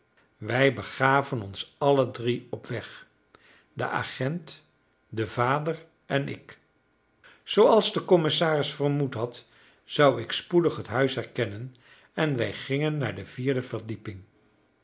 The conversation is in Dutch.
wij begaven ons alle drie op weg de agent de vader en ik zooals de commissaris vermoed had zou ik spoedig het huis herkennen en wij gingen naar de vierde verdieping